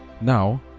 Now